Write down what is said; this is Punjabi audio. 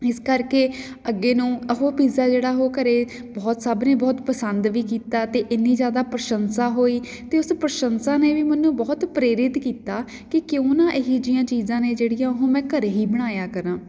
ਇਸ ਕਰਕੇ ਅੱਗੇ ਨੂੰ ਉਹ ਪਿੱਜ਼ਾ ਜਿਹੜਾ ਉਹ ਘਰ ਬਹੁਤ ਸਭ ਨੇ ਬਹੁਤ ਪਸੰਦ ਵੀ ਕੀਤਾ ਅਤੇ ਇੰਨੀ ਜ਼ਿਆਦਾ ਪ੍ਰਸ਼ੰਸਾ ਹੋਈ ਅਤੇ ਉਸ ਪ੍ਰਸ਼ੰਸਾ ਨੇ ਵੀ ਮੈਨੂੰ ਬਹੁਤ ਪ੍ਰੇਰਿਤ ਕੀਤਾ ਕਿ ਕਿਉਂ ਨਾ ਇਹੋ ਜਿਹੀਆਂ ਚੀਜ਼ਾਂ ਨੇ ਜਿਹੜੀਆਂ ਉਹ ਮੈਂ ਘਰ ਹੀ ਬਣਾਇਆ ਕਰਾਂ